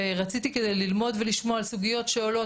ורציתי כדי ללמוד ולשמוע על הסוגיות שעולות,